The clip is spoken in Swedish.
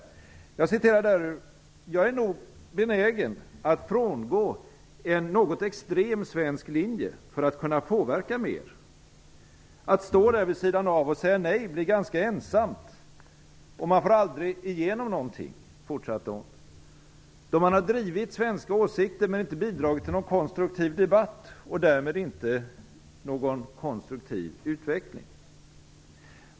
Margareta Winberg säger att hon nog är benägen att frångå en något extrem svensk linje för att kunna påverka mer. Hon säger vidare: Att stå där vid sidan av och säga nej blir ganska ensamt och man får aldrig igenom någonting. Då har man drivit svenska åsikter, men inte bidragit till någon konstruktiv debatt och därmed inte någon konstruktiv utveckling.